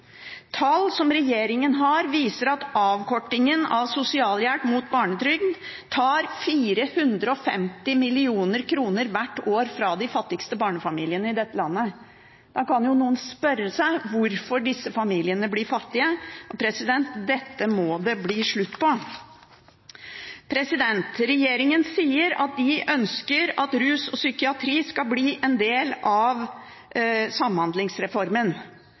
Tall som regjeringen har, viser at avkortingen av sosialhjelp mot barnetrygd hvert år tar 450 mill. kr fra de fattigste barnefamiliene i dette landet. Da kan jo noen spørre seg om hvorfor disse familiene blir fattige. Dette må det bli slutt på. Regjeringen sier at de ønsker at rus og psykiatri skal bli en del av samhandlingsreformen.